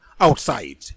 outside